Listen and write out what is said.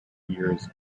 years